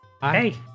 Hey